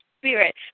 Spirit